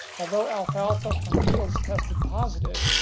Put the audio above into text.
although alfalfa from fields tested positive,